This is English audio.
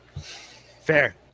Fair